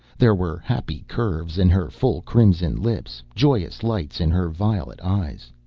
there were happy curves in her full crimson lips, joyous lights in her violet eyes.